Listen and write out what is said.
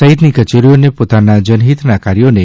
સહિતની કચેરીઓને પોતાના જનહિતના કાર્યાને